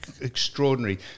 extraordinary